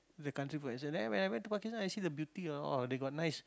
the country for myself then when I went Pakistan I see the beauty a'ah they got nice